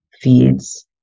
feeds